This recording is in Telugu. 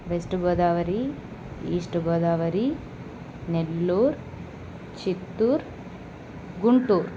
west Godavari east Godavari Nellore Chittoor Guntur